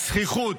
הזחיחות,